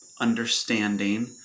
understanding